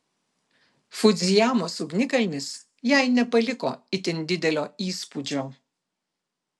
fudzijamos ugnikalnis jai nepaliko itin didelio įspūdžio